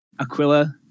Aquila